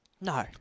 No